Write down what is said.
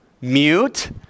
Mute